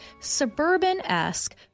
suburban-esque